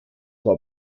war